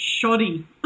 shoddy